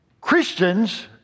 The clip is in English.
Christians